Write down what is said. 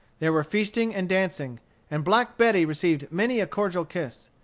there were feasting and dancing and black betty received many a cordial kiss.